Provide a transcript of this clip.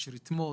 ויש רתמות,